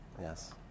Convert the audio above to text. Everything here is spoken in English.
Yes